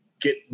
get